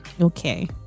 Okay